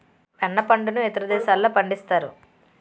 వెన్న పండును ఇతర దేశాల్లో పండిస్తారు